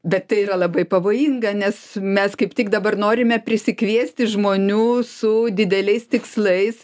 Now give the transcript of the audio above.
bet tai yra labai pavojinga nes mes kaip tik dabar norime prisikviesti žmonių su dideliais tikslais